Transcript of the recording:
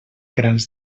grans